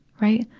right.